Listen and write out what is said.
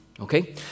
Okay